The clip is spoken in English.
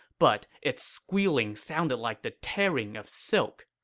but its squealing sounded like the tearing of silk.